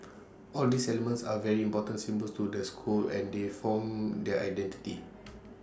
all these elements are very important symbols to the school and they form their identity